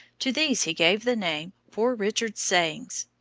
to these, he gave the name poor richard's sayings,